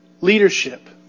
leadership